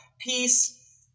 peace